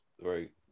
right